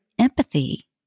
empathy